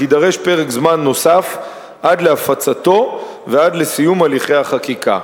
אך יידרש פרק זמן נוסף עד להפצתו ועד לסיום הליכי החקיקה.